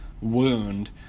wound